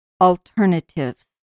alternatives